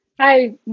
Hi